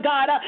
God